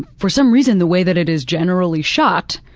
for some reason the way that it is generally shot,